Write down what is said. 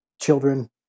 children